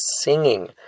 singing